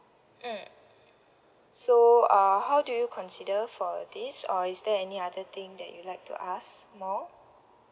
mm so uh how do you consider for this or is there any other thing that you like to ask more